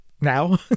now